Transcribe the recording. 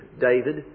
David